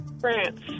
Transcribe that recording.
France